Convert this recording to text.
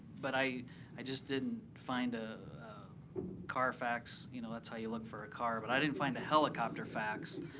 but i i just didn't find a carfax you know that's how you look for a car but i didn't find the helicopter facts.